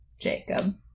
Jacob